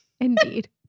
Indeed